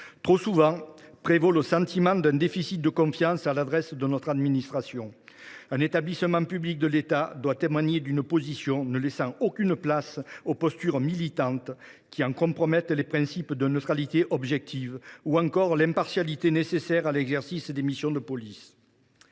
Trop souvent prévaut le sentiment d’un déficit de confiance à l’endroit de notre administration. Un établissement public doit adopter une position ne laissant aucune place aux postures militantes, qui compromettent les principes de neutralité, d’objectivité ou d’impartialité indispensables à l’exercice des missions de police.